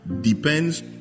depends